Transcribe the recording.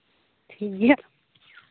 ᱴᱷᱤᱠ ᱜᱮᱭᱟ